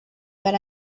but